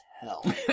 hell